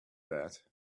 that